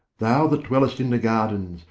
thou that dwellest in the gardens,